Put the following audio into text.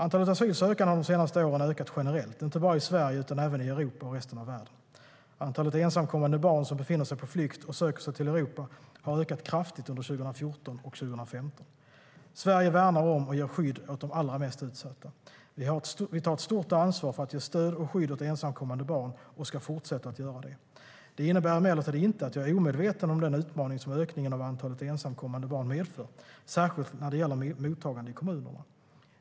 Antalet asylsökande har de senaste åren ökat generellt, inte bara i Sverige utan även i Europa och resten av världen. Antalet ensamkommande barn som befinner sig på flykt och söker sig till Europa har ökat kraftigt under 2014 och 2015. Sverige värnar om och ger skydd åt de allra mest utsatta. Vi tar ett stort ansvar för att ge stöd och skydd åt ensamkommande barn och ska fortsätta att göra det. Det innebär emellertid inte att jag är omedveten om den utmaning som ökningen av antalet ensamkommande barn medför, särskilt när det gäller mottagande i kommunerna.